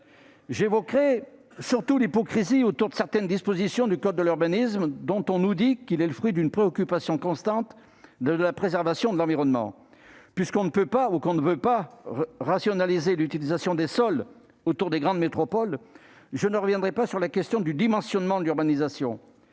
J'évoquerai surtout l'hypocrisie de certaines dispositions du code de l'urbanisme, dont on nous dit qu'elles traduisent une préoccupation constante de préserver l'environnement. Puisqu'on ne peut pas, ou qu'on ne veut pas, rationaliser l'utilisation des sols autour des grandes métropoles, je ne reviendrai pas sur la question du « dimensionnement » de l'urbanisation.